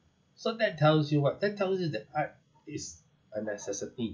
so that tells you what that tells you that art is a necessity